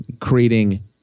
creating